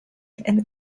and